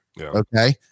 Okay